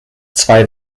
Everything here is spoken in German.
zwei